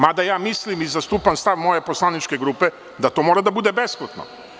Mada, ja mislim i zastupam stav moje poslaničke grupe da to mora da bude besplatno.